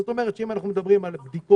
זאת אומרת שאם אנחנו מדברים על בדיקות,